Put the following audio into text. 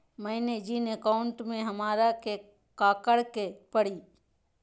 मैंने जिन अकाउंट में हमरा के काकड़ के परी?